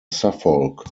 suffolk